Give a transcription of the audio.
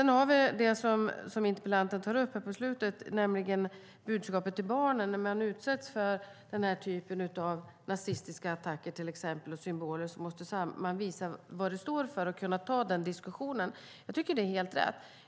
När det gäller det interpellanten tar upp här på slutet, nämligen budskapet till barnen, måste samhället när människor utsätts för den typen av nazistiska attacker - till exempel symboler - visa vad det står för och kunna ta diskussionen. Jag tycker att det är helt rätt.